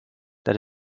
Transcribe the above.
that